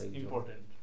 important